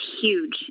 huge